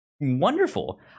wonderful